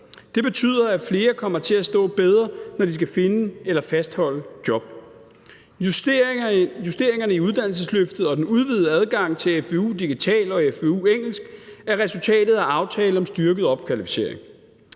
Det betyder, at flere kommer til at stå bedre, når de skal finde eller fastholde job. Justeringerne i uddannelsesløftet og den udvidede adgang til FVU-digital og FVU-engelsk er resultatet af aftalen om styrket opkvalificering.